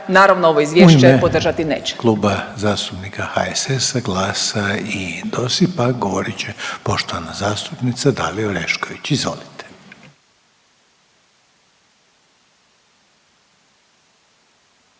naravno ovo izvješće podržati neće.